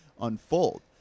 unfold